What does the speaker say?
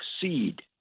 succeed